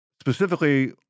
specifically